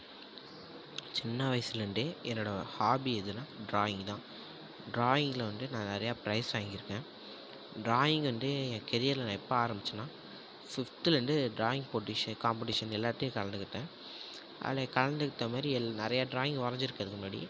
சின்ன வயசுலருந்தே என்னோட ஹாபி எதுன்னா ட்ராயிங் தான் ட்ராயிங்கில வந்து நான் நிறையா ப்ரைஸ் வாங்கிருக்கேன் ட்ராயிங் வந்து ஏன் கெரியரில் நான் எப்போ ஆரமிச்சேன்னா ஃபிப்த்துலேர்ந்து ட்ராயிங் போட்டிஷன் காம்பிட்டிஷன் எல்லாத்துலையும் கலந்துக்கிட்டேன் அதில் கலந்துக்கிட்ட மாரி நிறையா ட்ராயிங் வரைஞ்சிருக்கேன் அதுக்கு முன்னாடி